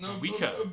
weaker